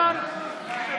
תגיד את